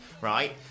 right